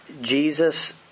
Jesus